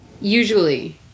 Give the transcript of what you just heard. Usually